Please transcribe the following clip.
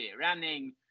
running